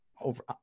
over